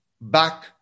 back